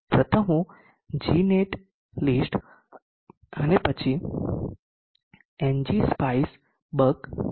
પ્રથમ હું Gnetlist અને પછી ngspicebuck